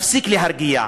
תפסיק להרגיע,